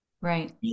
Right